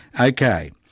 Okay